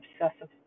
obsessive